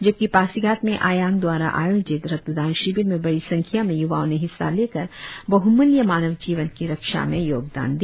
जबकि पासीघाट में अयांग द्वारा आयोजित रक्तदान शिविर में बड़ी संख्या में य्वाओं ने हिस्सा लेकर बह्मूल्य मानव जीवन की रक्षा में योगदान दिया